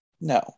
No